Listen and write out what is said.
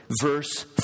verse